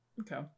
Okay